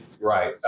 Right